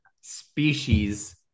species